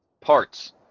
parts